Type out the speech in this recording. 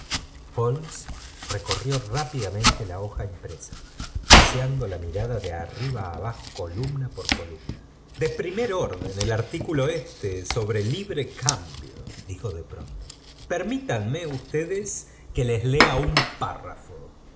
recorrió rápidamente la hoja idápresá paseando la mirada de arriba abajo columna por columna y i pf primer orden el artículo este sobre librea cambio i dijo de pronto permítanme ustedes que les lea un párrafo